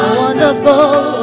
wonderful